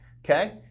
Okay